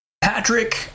Patrick